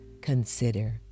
consider